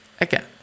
again